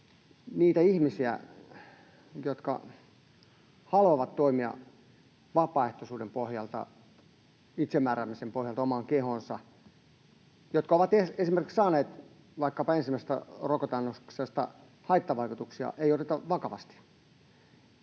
niitä ihmisiä, jotka haluavat toimia vapaaehtoisuuden pohjalta, itsemääräämisen pohjalta omaan kehoonsa, jotka ovat esimerkiksi saaneet vaikkapa ensimmäisestä rokoteannoksesta haittavaikutuksia, ei oteta vakavasti.